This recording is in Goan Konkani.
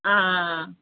आ